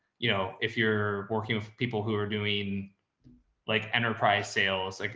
you know, if you're working with people who are doing like enterprise sales, like,